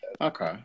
Okay